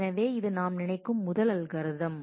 எனவே இது நாம் நினைக்கும் முதல் அல்கோரிதம்